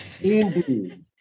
indeed